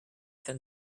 than